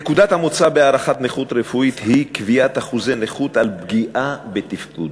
נקודת המוצא בהערכת נכות רפואית היא קביעת אחוזי נכות על פגיעה בתפקוד,